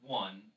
one